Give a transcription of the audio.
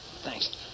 thanks